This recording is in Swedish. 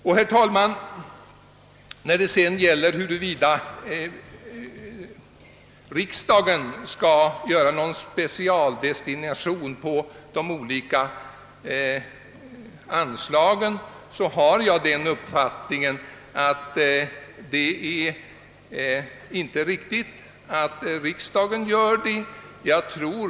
Jag anser det inte vara riktigt att riksdagen beslutar om någon specialdestination av de olika anslagen.